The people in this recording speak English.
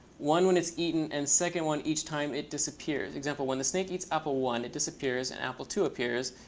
one when it's eaten and second one each time it disappears? example, when the snake eats apple one, it disappears and apple two appears.